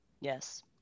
yes